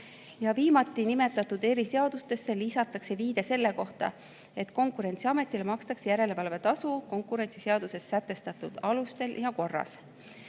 Viimati nimetatud eriseadustesse lisatakse viide selle kohta, et Konkurentsiametile makstakse järelevalvetasu konkurentsiseaduses sätestatud alustel ja korras.